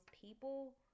people